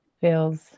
feels